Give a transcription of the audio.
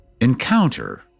encounter